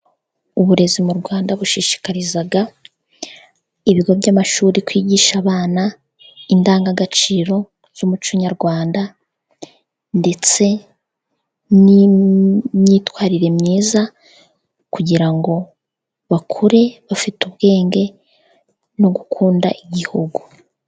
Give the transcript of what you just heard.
Uburezi mu rwanda bushishikariza ibigo by'amashuri, kwigisha abana indangagaciro z'umuco nyarwanda, ndetse nimyitwarire myiza kugira ngo bakure bafite ubwenge, no gukunda igihugu.